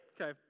Okay